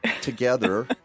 together